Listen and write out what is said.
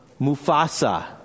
Mufasa